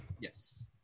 Yes